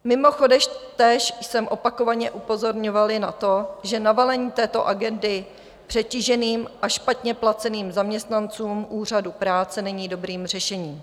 Mimochodem, též jsme opakovaně upozorňovali na to, že navalení této agendy přetíženým a špatně placeným zaměstnancům úřadů práce není dobrým řešením.